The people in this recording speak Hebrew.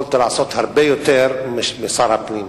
יכולת לעשות הרבה יותר משר הפנים,